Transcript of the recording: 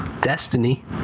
Destiny